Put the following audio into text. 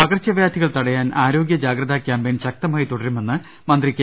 പകർച്ചവ്യാധികൾ തടയാൻ ആരോഗ്യ ജാഗ്രതാ ക്യാമ്പെയിൻ ശക്തമായി തുടരുമെന്ന് മന്ത്രി കെ